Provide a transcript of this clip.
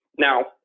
Now